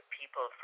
people